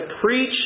preach